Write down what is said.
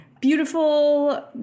Beautiful